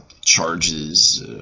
charges